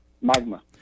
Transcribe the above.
Magma